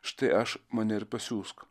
štai aš mane ir pasiųsk